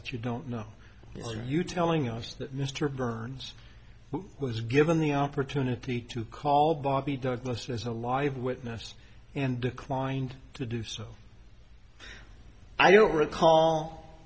that you don't know are you telling us that mr burns was given the opportunity to call bobbi douglass as a live witness and declined to do so i don't recall